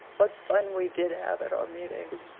what fun we did have at our meetings!